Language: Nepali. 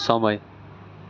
समय